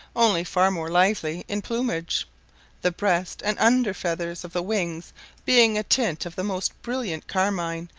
only far more lively in plumage the breast and under-feathers of the wings being a tint of the most brilliant carmine,